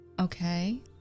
Okay